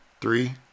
Three